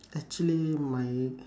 actually my